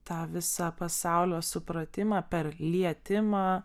tą visą pasaulio supratimą per lietimą